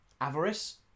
Avarice